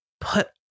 put